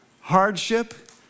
hardship